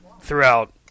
throughout